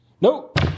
Nope